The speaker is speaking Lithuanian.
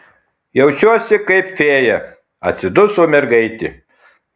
jaučiuosi kaip fėja atsiduso mergaitė